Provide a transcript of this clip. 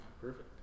perfect